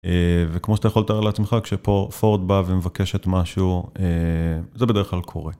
וכמו שאתה יכול לתאר לעצמך, כשפורד באה ומבקשת משהו זה בדרך כלל קורה.